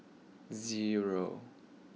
zero